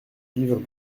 livre